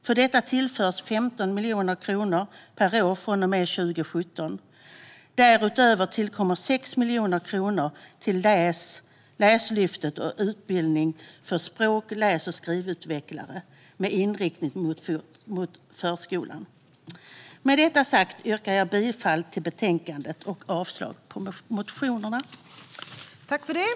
För detta tillförs 15 miljoner kronor per år från och med 2017. Därutöver tillkommer 6 miljoner kronor till Läslyftet och utbildning för språk-, läs och skrivutvecklare med inriktning mot förskolan. Med detta sagt yrkar jag bifall till utskottets förslag i betänkandet och avslag på motionerna.